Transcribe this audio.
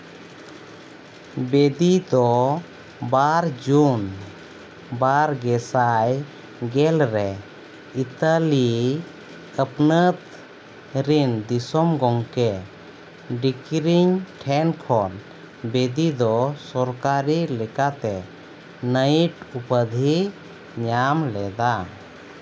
ᱵᱤᱫᱤ ᱫᱚ ᱵᱟᱨ ᱡᱩᱱ ᱵᱟᱨ ᱜᱮ ᱥᱟᱭ ᱜᱮᱞ ᱨᱮ ᱤᱛᱟᱹᱞᱤ ᱟᱹᱯᱱᱟᱹᱛ ᱨᱮᱱ ᱫᱤᱥᱚᱢ ᱜᱚᱢᱠᱮ ᱰᱤᱠᱨᱤᱧ ᱴᱷᱮᱱ ᱠᱷᱚᱱ ᱵᱤᱫᱤ ᱫᱚ ᱥᱚᱨᱠᱟᱨᱤ ᱞᱮᱠᱟᱛᱮ ᱱᱟᱭᱤᱴ ᱩᱯᱟᱹᱫᱷᱤ ᱧᱟᱢ ᱞᱮᱫᱟ